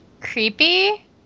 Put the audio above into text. Creepy